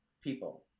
people